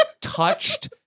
touched